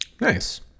Nice